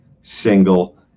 single